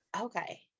okay